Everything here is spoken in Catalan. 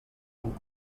amb